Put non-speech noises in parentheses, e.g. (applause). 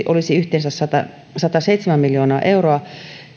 (unintelligible) olisi yhteensä sataseitsemän miljoonaa euroa